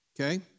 Okay